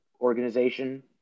organization